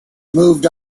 moved